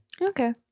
okay